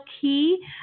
key